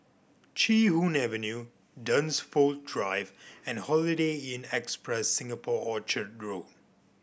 Chee Hoon Avenue Dunsfold Drive and Holiday Inn Express Singapore Orchard Road